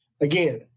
Again